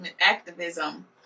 activism